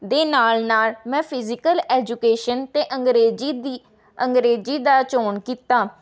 ਦੇ ਨਾਲ ਨਾਲ ਮੈਂ ਫਿਜ਼ੀਕਲ ਐਜੂਕੇਸ਼ਨ ਅਤੇ ਅੰਗਰੇਜ਼ੀ ਦੀ ਅੰਗਰੇਜ਼ੀ ਦਾ ਚੌਣ ਕੀਤਾ